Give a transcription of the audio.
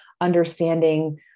understanding